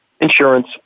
insurance